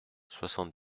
soixante